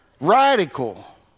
Radical